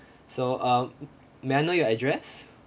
so uh may I know your address